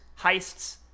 heists